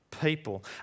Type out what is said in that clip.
people